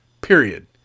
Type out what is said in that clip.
period